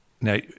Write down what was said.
Now